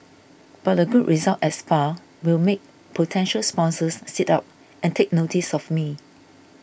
but a good result at Spa will make potential sponsors sit up and take notice of me